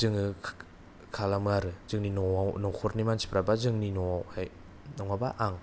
जोङो खालामो आरो जोंनि न'आव न'खरनि मानसिफ्रा बा जोंनि न'आवहाय नङाबा आं